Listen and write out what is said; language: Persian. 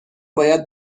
باید